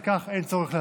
על כך אין צורך להצביע.